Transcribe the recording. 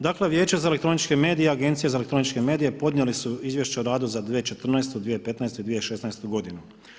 Dakle Vijeće za elektroničke medije i Agencija za elektroničke medije podnijeli su Izvješće o radu za 2014., 2015. i 2016. godinu.